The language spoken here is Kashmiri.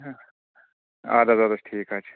اَدٕ حظ اَدٕ حظ ٹھیٖک حظ چھُ